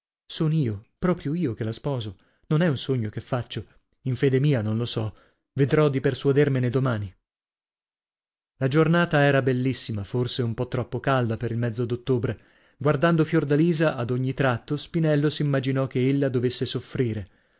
son io proprio io che la sposo non è un sogno che faccio in fede mia non lo so vedrò di persuadermene domani la giornata era bellissima forse un po troppo calda per il mezzo d'ottobre guardando fiordalisa ad ogni tratto spinello s'immaginò ch'ella dovesse soffrire